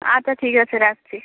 আচ্ছা ঠিক আছে রাখছি